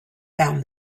found